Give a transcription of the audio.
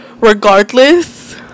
regardless